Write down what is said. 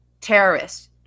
terrorists